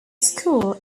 school